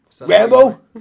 Rambo